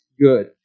good